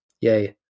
yay